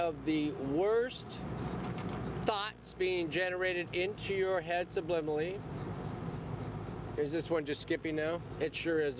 of the worst shots being generated into your head subliminally there's this one just skip you know it sure is